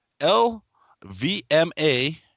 L-V-M-A